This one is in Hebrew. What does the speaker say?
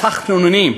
בתחנונים,